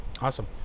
Awesome